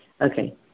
Okay